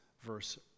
verse